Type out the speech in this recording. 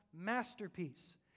masterpiece